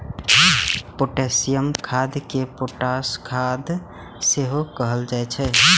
potassium खाद कें potash खाद सेहो कहल जाइ छै